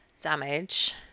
Damage